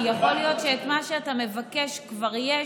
כי יכול להיות שאת מה שאתה מבקש כבר יש,